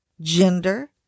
gender